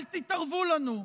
אל תתערבו לנו.